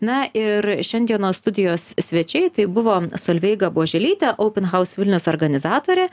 na ir šiandienos studijos svečiai tai buvo solveiga buoželytė open house vilnius organizatorė